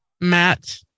Matt